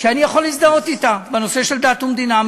שאני יכול להזדהות אתה בנושא של דת ומדינה.